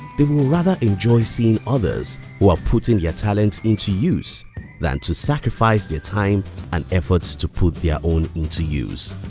they will rather enjoy seeing others who are putting their talents into use than to sacrifice their time and efforts to put their own into use.